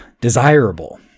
desirable